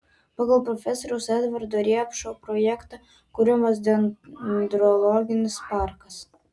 pagal profesoriaus edvardo riepšo projektą kuriamas dendrologinis parkas